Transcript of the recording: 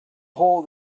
hole